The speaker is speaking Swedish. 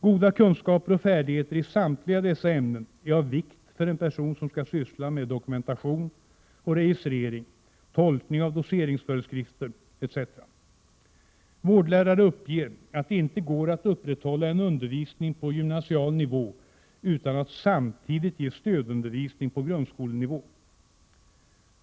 Goda kunskaper och färdigheter i samtliga dessa ämnen är av vikt för en person som skall syssla med dokumentation och registrering, tolkning av doseringsföreskrifter etc. Vårdlärare uppger att det inte går att upprätthålla en undervisning på gymnasial nivå utan att samtidigt ge stödundervisning på grundskolenivå.